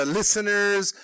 listeners